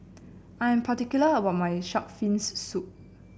I'm particular about my shark's fin soup